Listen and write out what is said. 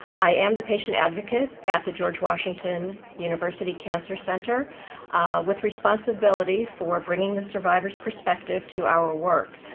i am the patient advocate at the george washington university cancer center with responsibility for bringing the survivor's perspective to our work.